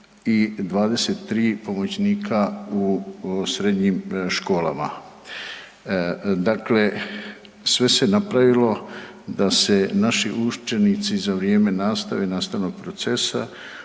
i 23 pomoćnika u srednjim školama. Dakle, sve se napravilo da se naši učenici za vrijeme nastave i nastavnog procesa